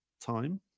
time